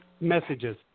messages